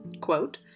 quote